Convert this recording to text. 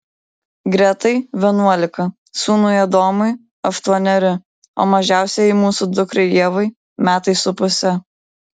gretai vienuolika sūnui adomui aštuoneri o mažiausiajai mūsų dukrai ievai metai su puse